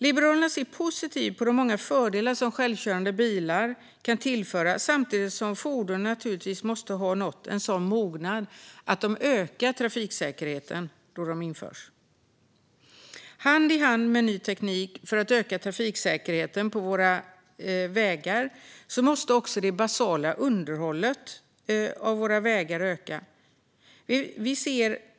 Liberalerna ser positivt på de många fördelar som självkörande bilar kan tillföra, samtidigt som fordonen naturligtvis måste har nått en sådan mognad att de ökar trafiksäkerheten då de införs. Hand i hand med ny teknik för att öka trafiksäkerheten på våra vägar måste också det basala underhållet av våra vägar öka.